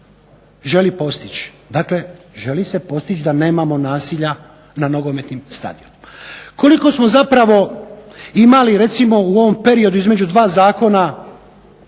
želi postići. Dakle, želi se postići da nemamo nasilja na nogometnim stadionima. Koliko smo zapravo imali recimo u ovom periodu između dva zakona